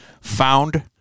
found